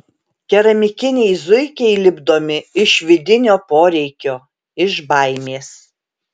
keramikiniai zuikiai lipdomi iš vidinio poreikio iš baimės